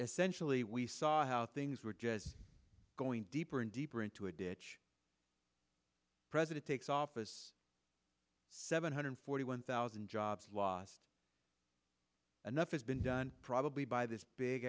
essentially we saw how things were just going deeper and deeper into a ditch president takes office seven hundred forty one thousand jobs lost another has been done probably by this big